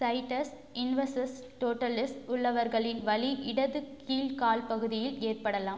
situs inversus totalis உள்ளவர்களில் வலி இடது கீழ் கால்பகுதியில் ஏற்படலாம்